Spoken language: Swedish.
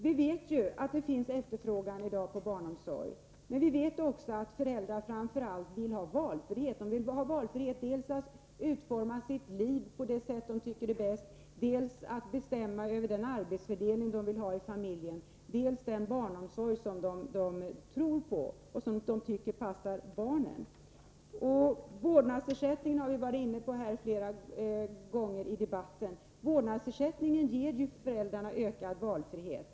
Vi vet att det i dag finns efterfrågan på barnomsorg, men vi vet också att föräldrarna framför allt vill ha valfrihet. De vill dels kunna utforma sitt liv på det sätt som de tycker är bäst, dels bestämma den arbetsfördelning de vill ha i familjen och dels kunna välja den barnomsorg som de tror på och tycker passar barnen. Vi har flera gånger i debatten varit inne på vårdnadsersättningen. En vårdnadsersättning ger föräldrarna ökad valfrihet.